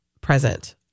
present